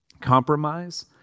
compromise